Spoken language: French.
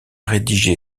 rédigé